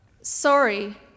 Sorry